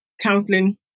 counselling